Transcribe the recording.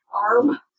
Arm